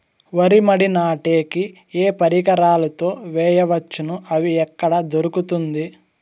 వరి మడి నాటే కి ఏ పరికరాలు తో వేయవచ్చును అవి ఎక్కడ దొరుకుతుంది?